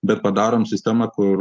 bet padarom sistemą kur